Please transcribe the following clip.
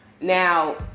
Now